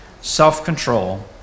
self-control